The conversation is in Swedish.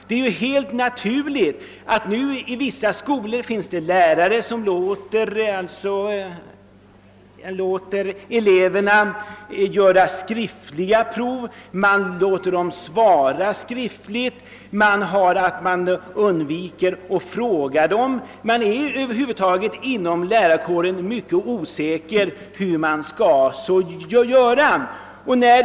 Vid olika skolor praktiseras olika metoder. Det finns lärare som låter elever med stamningsbesvär göra skriftliga prov eller i övrigt svara skriftligt på frågor. I vissa fall undviker man av hänsyn att muntligen fråga den stammande eleven. Man är inom lärarkåren över huvud taget mycket osäker hur man skall bete sig.